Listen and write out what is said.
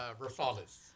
Rafales